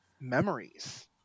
memories